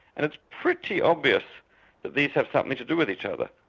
and it's pretty obvious that these have something to do with each other.